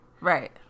right